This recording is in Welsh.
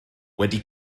wedi